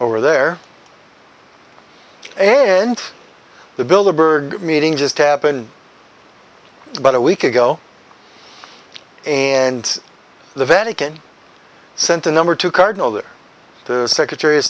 over there and the bill the bird meeting just happened about a week ago and the vatican sent a number to cardinal the secretary of